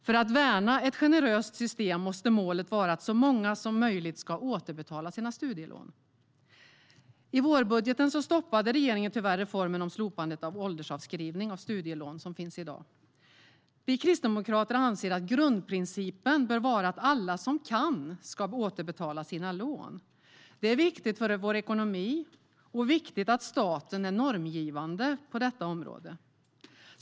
För att värna ett generöst system måste målet vara att så många som möjligt ska återbetala sina studielån. I vårbudgeten stoppade regeringen tyvärr reformen om slopande av åldersavskrivning av studielån, vilket är möjligt i dag. Vi kristdemokrater anser att grundprincipen bör vara att alla som kan ska återbetala sina lån. Det är viktigt för vår ekonomi, och det är viktigt att staten är normgivande på detta område.